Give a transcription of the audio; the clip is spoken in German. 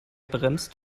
bremst